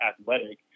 athletic